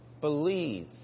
Believe